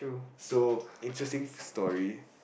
so interesting story